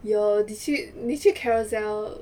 有你去你去 Carousell